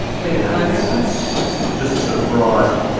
wait, blunderbuss? what's that? just sort of broad,